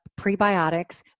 prebiotics